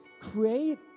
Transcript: create